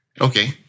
okay